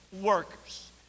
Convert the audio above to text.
workers